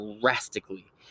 drastically